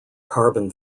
carbon